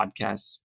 podcasts